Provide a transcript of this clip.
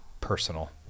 personal